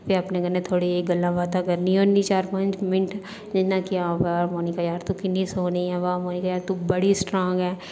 ते अपने कन्नै थोह्ड़ी गल्लां बातां करनी होन्नी चार पंज मिन्ट जियां कि मोनिका यार तू किन्नी सोहनी ऐ बाह् मोनिका यार तू बड़ी स्ट्रांग ऐ